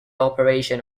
operation